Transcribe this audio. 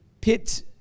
pit